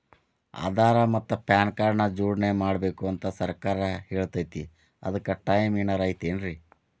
ಆಧಾರ ಮತ್ತ PAN card ನ ಜೋಡಣೆ ಮಾಡ್ಬೇಕು ಅಂತಾ ಸರ್ಕಾರ ಹೇಳೈತ್ರಿ ಅದ್ಕ ಟೈಮ್ ಏನಾರ ಐತೇನ್ರೇ?